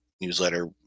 newsletter